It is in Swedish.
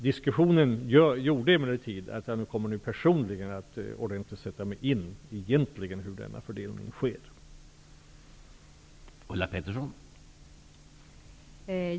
Diskussionen bidrog emellertid till att jag personligen kommer att ordentligt sätta mig in i hur den här fördelningen egentligen sker.